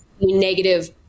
negative